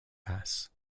bass